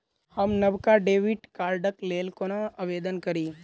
हम नवका डेबिट कार्डक लेल कोना आवेदन करी?